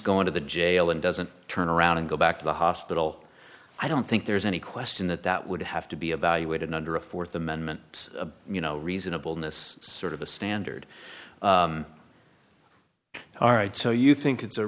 going to the jail and doesn't turn around and go back to the hospital i don't think there's any question that that would have to be evaluated under a fourth amendment you know reasonable in this sort of a standard all right so you think it's a